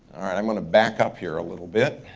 and i'm gonna back up here a little bit.